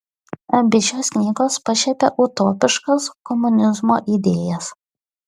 abi šios knygos pašiepia utopiškas komunizmo idėjas